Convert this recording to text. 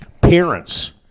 parents